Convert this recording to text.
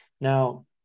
now